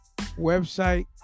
website